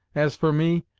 as for me,